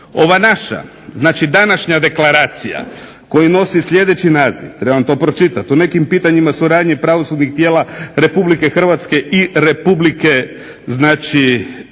Ova naša znači današnja deklaracija koja nosi sljedeći naziv, trebam to pročitat, o nekim pitanjima suradnje pravosudnih tijela Republike Hrvatske i Republike Srbije